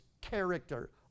character